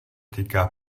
týká